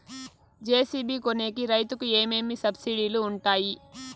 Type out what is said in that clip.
JCB కొనేకి రైతుకు ఏమేమి సబ్సిడి లు వుంటాయి?